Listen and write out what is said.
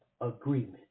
agreement